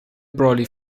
brolly